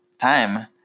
time